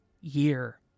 year